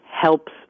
helps